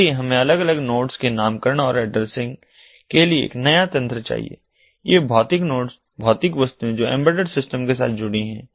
इसलिए हमें अलग अलग नोड्स के नामकरण और एड्रेसिंग के लिए एक नया तंत्र चाहिए ये भौतिक नोड्स भौतिक वस्तुएं जो एम्बेडेड सिस्टम के साथ जुड़ी हैं